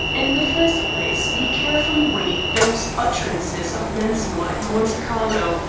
in the first place he carefully weighed those utterances of mensmore at monte carlo,